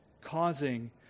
causing